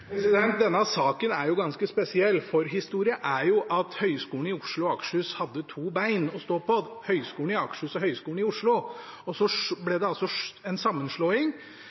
Denne saken er ganske spesiell. Forhistorien er at Høgskolen i Oslo og Akershus hadde to bein å stå på – Høgskolen i Akershus og Høgskolen i Oslo – og så ble det altså en sammenslåing